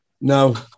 No